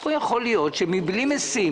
פה יכול להיות שמבלי משים